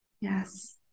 Yes